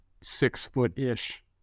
six-foot-ish